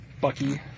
Bucky